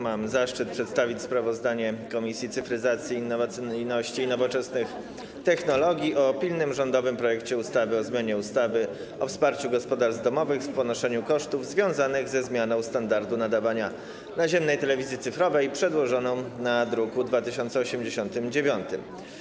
Mam zaszczyt przedstawić sprawozdanie Komisji Cyfryzacji, Innowacyjności i Nowoczesnych Technologii o pilnym rządowym projekcie ustawy o zmianie ustawy o wsparciu gospodarstw domowych w ponoszeniu kosztów związanych ze zmianą standardu nadawania naziemnej telewizji cyfrowej, druk nr 2089.